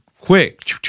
quick